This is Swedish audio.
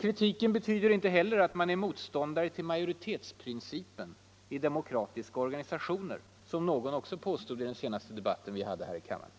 Kritiken betyder inte heller att man är motståndare till majoritetsprincipen i demokratiska organisationer, som någon också påstod i den senaste debatten här i kammaren.